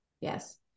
Yes